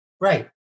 Right